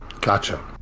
gotcha